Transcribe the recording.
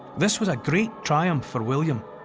this was a great triumph for william.